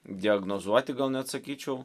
diagnozuoti gal net sakyčiau